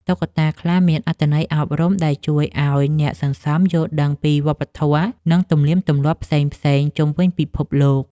តុក្កតាខ្លះមានអត្ថន័យអប់រំដែលជួយឱ្យអ្នកសន្សំយល់ដឹងពី វប្បធម៌ និងទំនៀមទម្លាប់ផ្សេងៗជុំវិញពិភពលោក។